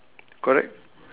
correct